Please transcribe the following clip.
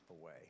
away